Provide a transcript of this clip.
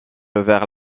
vers